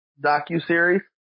docuseries